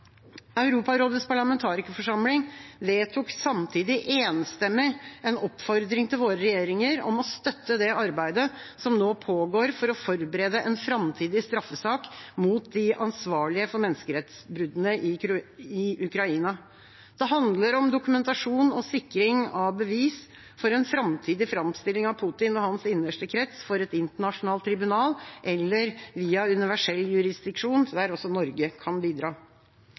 Europarådets parlamentarikerforsamling vedtok samtidig enstemmig en oppfordring til våre regjeringer om å støtte det arbeidet som nå pågår for å forberede en framtidig straffesak mot de ansvarlige for menneskerettsbruddene i Ukraina. Det handler om dokumentasjon og sikring av bevis for en framtidig framstilling av Putin og hans innerste krets for et internasjonalt tribunal eller via universell jurisdiksjon, der også Norge kan bidra.